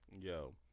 Yo